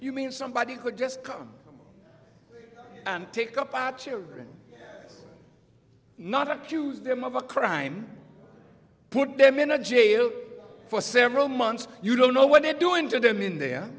you mean somebody could just come and take up our children not accuse them of a crime put them in a jail for several months you don't know what they're doing to them in the